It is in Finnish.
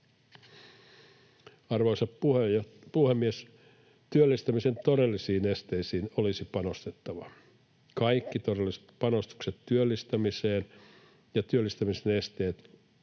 Arvoisa puhemies! Työllistämisen todellisiin esteisiin olisi panostettava. Kaikki todelliset panostukset työllistämiseen ja työllistämisen esteisiin